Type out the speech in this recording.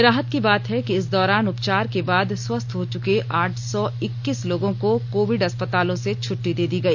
राहत की बात है कि इस दौरान उपचार के बाद स्वस्थ हो चुके आठ सौ इक्कीस लोगों को कोविड अस्पतालों से छुट्टी दे दी गई